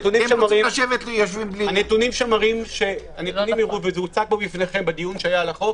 זה הוצג בפניכם בדיון שהיה על החוק